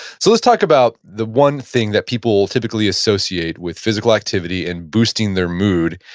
so, let's talk about the one thing that people typically associate with physical activity and boosting their mood,